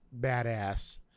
badass